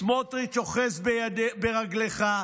סמוטריץ' אוחז ברגלך,